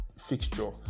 fixture